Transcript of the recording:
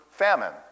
famine